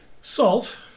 Salt